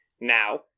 now